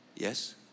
Yes